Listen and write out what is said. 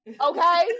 Okay